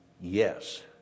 Yes